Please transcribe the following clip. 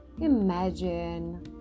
Imagine